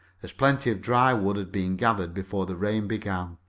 as plenty of dry wood had been gathered before the rain began.